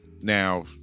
Now